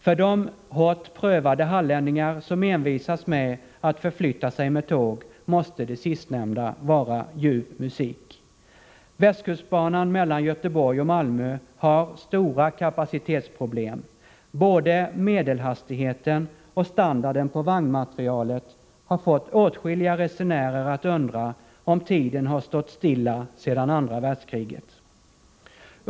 För de hårt prövade hallänningar som envisas med att förflyttas sig med tåg måste det sistnämnda vara ljuv musik. Västkustbanan mellan Göteborg och Malmö har stora kapacitetsproblem. Både medelhastigheten och standarden på vagnmaterialet har fått åtskilliga resenärer att undra om tiden har stått stilla sedan andra världskriget.